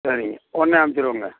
சரிங்க உடனே அமுச்சுடுவோங்க